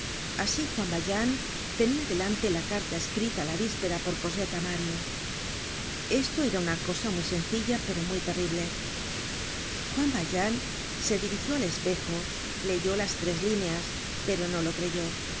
asi juan valjean tenia delante la carta escrita la víspera por cosette á mario esto era una cosa muy sencilla pero muy terrible juan valjean se dirigió al espejo leyó las tres líneas pero no lo creyó